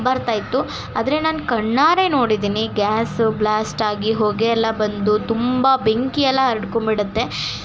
ಬರ್ತಾಯಿತ್ತು ಆದರೆ ನಾನು ಕಣ್ಣಾರೆ ನೋಡಿದೀನಿ ಗ್ಯಾಸ್ ಬ್ಲ್ಯಾಸ್ಟಾಗಿ ಹೊಗೆ ಎಲ್ಲ ಬಂದು ತುಂಬ ಬೆಂಕಿಯೆಲ್ಲ ಹರಡ್ಕೊಂಬಿಡತ್ತೆ